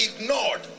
ignored